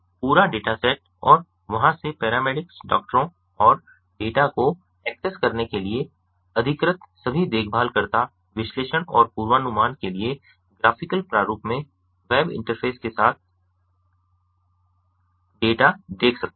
पूरा data set और वहां से पैरामेडिक्स डॉक्टरों और डेटा को एक्सेस करने के लिए अधिकृत सभी देखभालकर्ता विश्लेषण और पूर्वानुमान के लिए ग्राफिकल प्रारूप में वेब इंटरफेस के माध्यम से डेटा देख सकते हैं